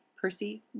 Percy